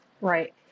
Right